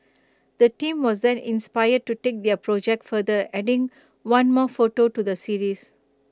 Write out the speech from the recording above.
the team was then inspired to take their project further adding one more photo to the series